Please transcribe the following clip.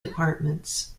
departments